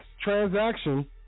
transaction